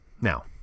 Now